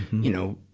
you know,